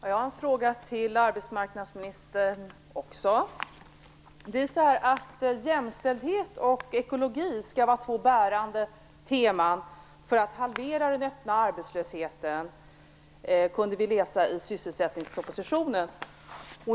Herr talman! Jag vill också ställa en fråga till arbetsmarknadsministern. Jämställdhet och ekologi skall ju vara två bärande teman för att halvera den öppna arbetslösheten, kunde vi läsa i sysselsättningspropositionen.